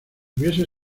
hubiese